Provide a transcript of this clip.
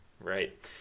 right